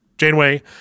Janeway